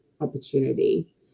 opportunity